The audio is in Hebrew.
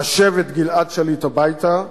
השב את גלעד שליט הביתה.